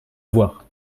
voir